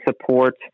support